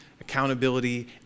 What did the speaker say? accountability